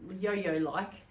yo-yo-like